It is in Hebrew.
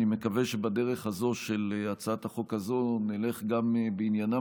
אני מקווה שבדרך הזו של הצעת החוק הזו נלך גם בעניינם